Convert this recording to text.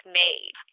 made